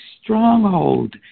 stronghold